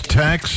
tax